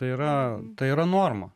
tai yra tai yra norma